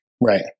right